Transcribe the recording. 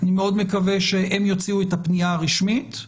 אני מאוד מקווה שהם יוציאו את הפנייה הרשמית,